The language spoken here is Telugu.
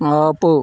మోపు